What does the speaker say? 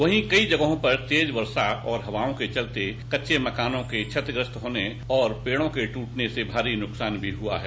वहीं कई जगहों पर तेज वर्षा और हवाओं के चलते कच्चे मकानों के छतिग्रस्त होने और पेड़ों के टूटने से भारी नुकसान भी हुआ है